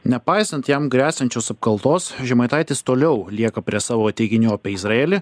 nepaisant jam gresiančios apkaltos žemaitaitis toliau lieka prie savo teiginių apie izraelį